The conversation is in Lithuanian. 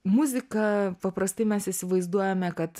muzika paprastai mes įsivaizduojame kad